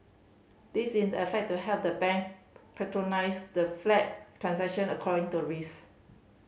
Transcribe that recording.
this in the effect to helped the bank the flagged transaction according to risk